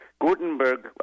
Gutenberg